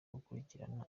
gukurikirana